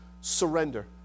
surrender